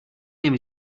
name